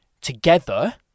together